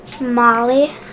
Molly